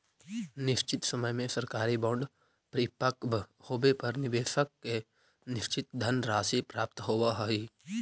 निश्चित समय में सरकारी बॉन्ड परिपक्व होवे पर निवेशक के निश्चित धनराशि प्राप्त होवऽ हइ